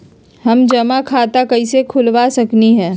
हम जमा खाता कइसे खुलवा सकली ह?